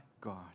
God